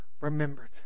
remembered